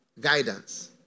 Guidance